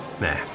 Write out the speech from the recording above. Nah